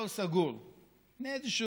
תודה רבה.